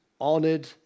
honored